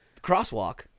crosswalk